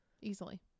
easily